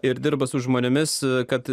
ir dirba su žmonėmis kad